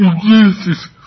Jesus